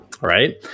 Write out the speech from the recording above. right